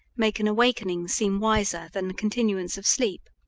make an awakening seem wiser than the continuance of sleep.